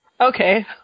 Okay